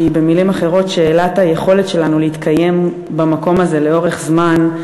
שהיא במילים אחרות שאלת היכולת שלנו להתקיים במקום הזה לאורך זמן,